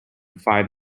five